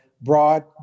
broad